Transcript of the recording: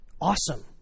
Awesome